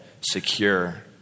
secure